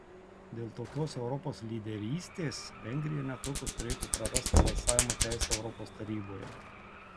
dėl tokios europos lyderystės vengrija netrukus turėtų prarasti balsavimo teisę europos taryboje